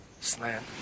Slam